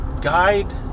guide